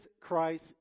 Christ